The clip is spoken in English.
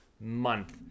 month